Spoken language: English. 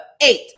Eight